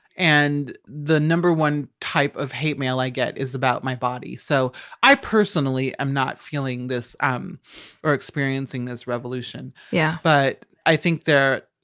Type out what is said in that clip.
and the number one type of hate mail i get is about my body. so i personally am not feeling this um or experiencing this revolution yeah but i think there.